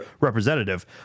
representative